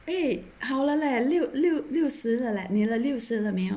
eh 好了 leh 六六六十了 leh 你的六十了没有